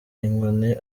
inkoni